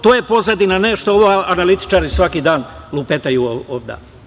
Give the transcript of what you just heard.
To je pozadina, ne što ovo analitičari svaki dan lupetaju ovuda.